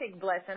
blessing